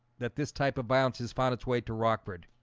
that this type of bounces find its way to rockford.